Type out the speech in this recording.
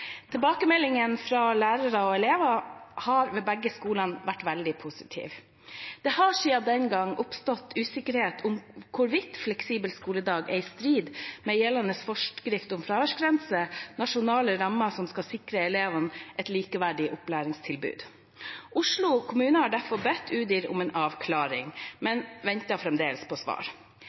fra lærere og elever har ved begge skolene vært veldig positive. Det har siden den gang oppstått usikkerhet om hvorvidt fleksibel skoledag er i strid med gjeldende forskrift om fraværsgrense – nasjonale rammer som skal sikre elevene et likeverdig opplæringstilbud. Oslo kommune har derfor bedt Udir om en avklaring, men venter fremdeles på svar.